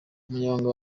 umunyamabanga